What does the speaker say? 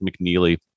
McNeely